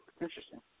Interesting